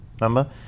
Remember